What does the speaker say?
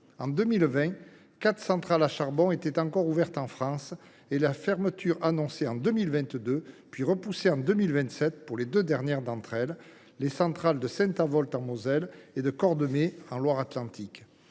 En 2020, quatre centrales à charbon étaient toujours ouvertes en France. Leur fermeture, annoncée en 2022, a été reportée à 2027 pour les deux dernières d’entre elles : les centrales de Saint Avold, en Moselle, et de Cordemais, en Loire Atlantique.